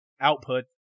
output